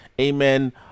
amen